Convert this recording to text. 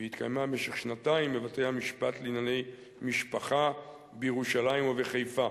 והיא התקיימה במשך שנתיים בבתי-המשפט לענייני משפחה בירושלים ובחיפה.